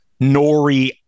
Nori